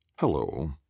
Hello